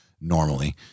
normally